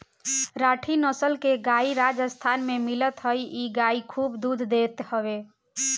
राठी नसल के गाई राजस्थान में मिलत हअ इ गाई खूब दूध देत हवे